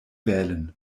wählen